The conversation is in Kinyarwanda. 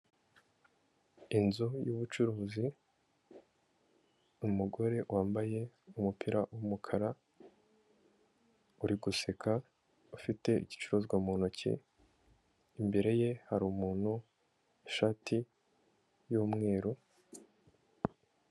Inzu y'ubucuruzi, umugore wambaye umupira w'umukara uri guseka, ufite igicuruzwa mu ntoki, imbere ye hari umuntu, ishati y'umweru.